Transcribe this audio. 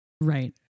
Right